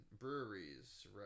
breweries